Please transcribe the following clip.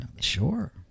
Sure